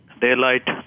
daylight